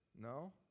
No